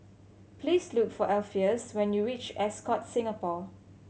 please look for Alpheus when you reach Ascott Singapore